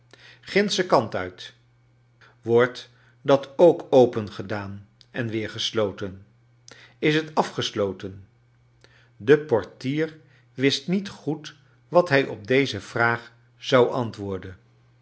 gindschen kant uit i wordt dat ook opengeclaan en weer gesloten is het afgesloten i de portier wist niet goed wat hij op deze vraag zou antwoorden